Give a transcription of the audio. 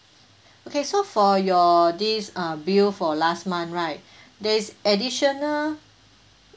okay so for your these uh bill for last month right there is additional